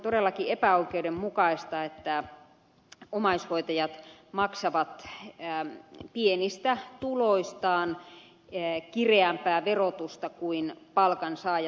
on todellakin epäoikeudenmukaista että omaishoitajat maksavat pienistä tuloistaan kireämpää verotusta kuin palkansaajat